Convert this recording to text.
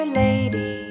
lady